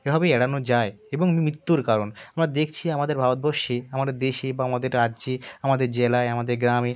এভাবেই এড়ানো যায় এবং মৃত্যুর কারণ বা দেখছি আমাদের ভারতবর্ষে আমাদের দেশে বা আমাদের রাজ্যে আমাদের জেলায় আমাদের গ্রামে